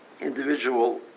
individual